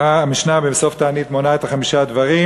המשנה בסוף תענית מונה את חמשת הדברים,